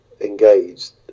Engaged